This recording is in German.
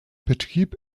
betrieb